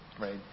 right